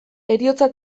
heriotza